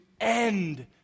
end